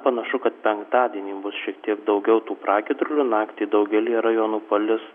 panašu kad penktadienį bus šiek tiek daugiau tų pragiedrulių naktį daugelyje rajonų palis